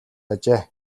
ажээ